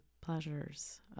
pleasures